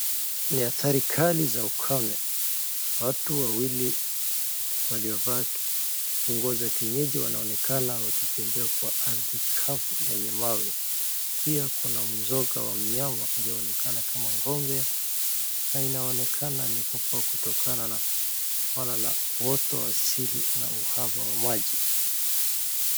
Ni athari kali za ukame. Watu wawili waliovaa kiongozi kienyeji wanaonekana wakitembea kwa ardhi kavu lenye mawe. Pia kuna mzoga wa mnyama aliyoonekana kama ng'ombe na inaonekana amekufa kutokana na ukosefu wa oto asili na uhaba wa maji.